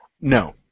No